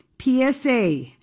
PSA